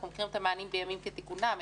אנחנו מכירים את המענים בימים כתיקונם,